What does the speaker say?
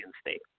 State